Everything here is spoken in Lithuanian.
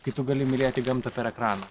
kai tu gali mylėti gamtą per ekraną